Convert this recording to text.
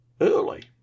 early